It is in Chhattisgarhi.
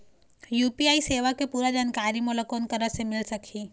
यू.पी.आई सेवा के पूरा जानकारी मोला कोन करा से मिल सकही?